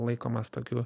laikomas tokiu